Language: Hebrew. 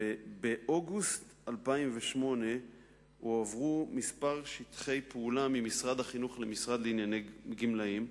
באוגוסט 2008 הועברו כמה שטחי פעולה ממשרד החינוך למשרד לענייני גמלאים,